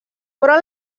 però